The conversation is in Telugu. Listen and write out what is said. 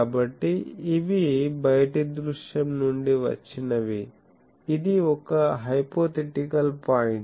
కాబట్టి ఇవి బయటి దృశ్యం నుండి వచ్చినవి ఇది ఒక హైపోథెటికల్ పాయింట్